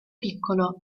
piccolo